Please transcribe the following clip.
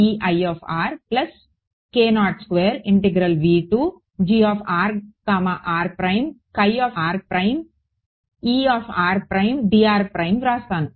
నేను వ్రాస్తాను